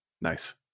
Nice